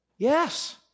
Yes